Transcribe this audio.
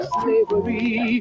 slavery